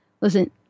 Listen